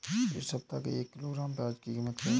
इस सप्ताह एक किलोग्राम प्याज की कीमत क्या है?